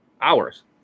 hours